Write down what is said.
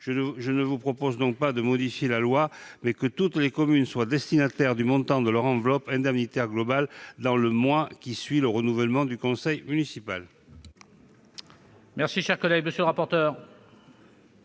Je ne vous propose donc pas de modifier la loi, mais de faire en sorte que toutes les communes soient destinataires du montant de leur enveloppe indemnitaire globale dans le mois qui suit le renouvellement du conseil municipal.